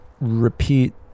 repeat